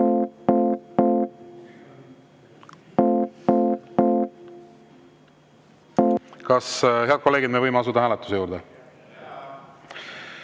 Kas, head kolleegid, me võime asuda hääletuse juurde?